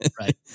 right